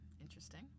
interesting